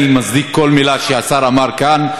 אני מצדיק כל מילה שהשר אמר כאן.